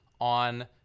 on